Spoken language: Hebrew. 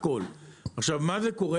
עכשיו, מה קורה?